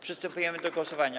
Przystępujemy do głosowania.